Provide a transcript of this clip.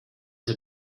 sie